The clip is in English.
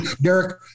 Derek